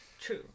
true